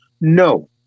No